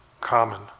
common